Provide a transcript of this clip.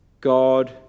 god